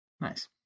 Nice